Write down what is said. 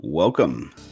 Welcome